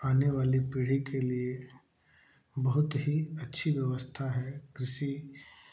आने वाली पीढ़ी के लिए बहुत ही अच्छी व्यवस्था है कृषि